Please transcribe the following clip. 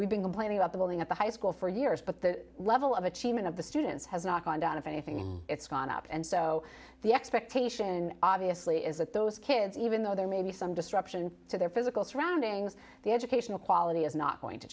we've been complaining about the building of the high school for years but the level of achievement of the students has not gone down if anything it's gone up and so the expectation obviously is that those kids even though there may be some disruption to their physical surroundings the educational quality is not going to